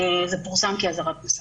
זה פורסם כאזהרת מסע.